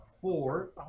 four